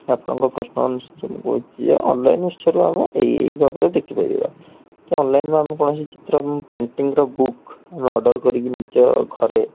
ଆପଣଙ୍କ ପ୍ରଶ୍ନ ଅନୁସାରେ ମୁଁ କହୁଛି ଯେ ଅନ୍ଲାଇନ୍ ଉତ୍ସରୁ ଆମେ ଏଇ ଏଇ ଭାବରେ ଦେଖିପାରିବା କି ଅନ୍ଲାଇନ୍ରୁ ଆମେ କୌଣସି ଚିତ୍ର ପେଣ୍ଟିଙ୍ଗର ବୁକ୍ ଆମେ ଅର୍ଡ଼ର୍ କରିକି ନିଜ ଘରେ